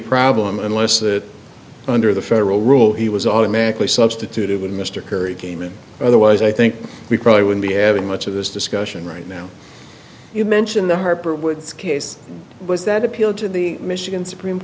problem unless that under the federal rule he was automatically substituted when mr kerry came in otherwise i think we probably would be having much of this discussion right now you mention the harper woods case was that appealed to the michigan supreme